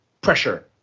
pressure